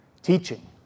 teaching